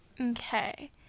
Okay